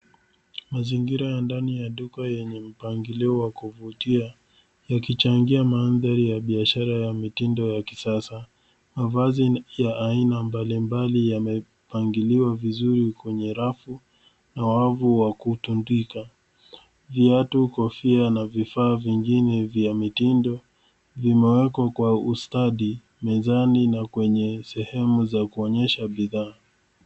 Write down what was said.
Mazingira ya ndani ya duka yenye mpangilio wa kuvutia yakichangia mandhari ya biashara ya mitindo ya kisasa, mavazi ya aina mbalimbali yamepangiliwa vizuri kwenye rafu na wavu wa kutundika. Viatu, kofia na vifaa vingine vya mitindo vimewekwa kwa ustadi mezani na kwenye sehemu za kuonyesha bidhaa.